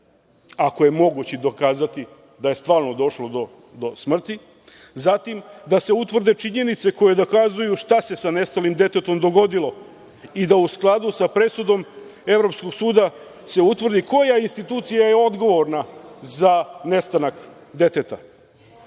ako je moguće dokazati da je stvarno došlo do smrti. Zatim, da se utvrde činjenice koje dokazuju šta se sa nestalim detetom dogodilo i da u skladu sa presudom Evropskog suda se utvrdi koja institucija je odgovorna za nestanak deteta.